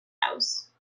house